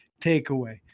takeaway